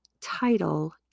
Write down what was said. title